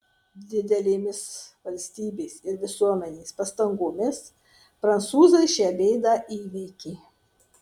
didelėmis valstybės ir visuomenės pastangomis prancūzai šią bėdą įveikė